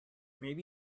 maybe